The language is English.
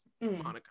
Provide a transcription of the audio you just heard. monica